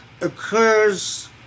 occurs